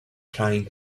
trying